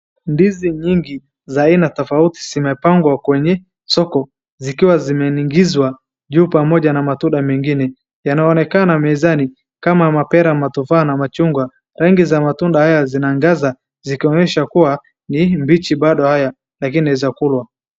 Ndizi nyingi za aina tofauti zimepangwa kwenye soko zikiwa zimenyingizwa juu pamoja na matunda mengine. Yanaonekana mezani kama mapera ,matufaa na machungwa. Rangi za matunda haya zinangaza zikionyesha kuwa ni mbichi bado haya lakini inaweza kulwa.